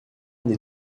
des